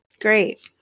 Great